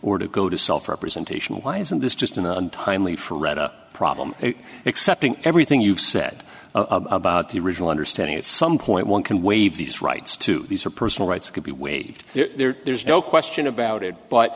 were to go to self representation why isn't this just an untimely for retta problem accepting everything you've said about the original understanding at some point one can waive these rights to these are personal rights could be waived there's no question about it but